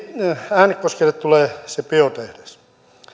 äänekoskelle tulee biotehdas